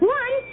one